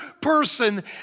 person